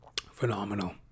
Phenomenal